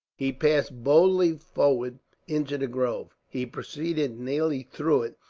he passed boldly forward into the grove. he proceeded nearly through it,